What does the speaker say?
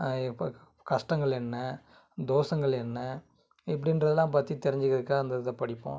இப்போ கஷ்டங்கள் என்ன தோஷங்கள் என்ன இப்படின்றதுலாம் பற்றி தெரிஞ்சிக்கறதுக்காக அந்த இதை படிப்போம்